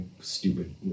stupid